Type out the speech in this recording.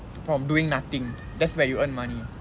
from doing nothing that's where you earn money